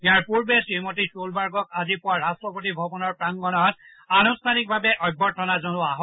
ইয়াৰ পূৰ্বে শ্ৰীমতী ছ'লবাৰ্গক আজি পুৱা ৰাষ্ট্ৰপতি ভৱনৰ প্ৰাংগণত আনুষ্ঠানিকভাৱে অভ্যৰ্থনা জনোৱা হয়